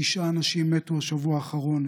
תשעה אנשים מתו בשבוע האחרון,